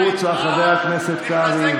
החוצה, חבר הכנסת קרעי.